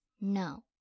No